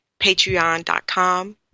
patreon.com